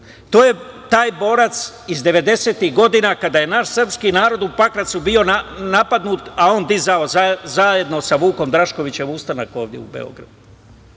To je taj borac iz devedesetih godina, kada je naš srpski narod u Pakracu bio napadnut, a on dizao zajedno sa Vukom Draškovićem ustanak ovde u Beogradu.